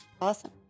Awesome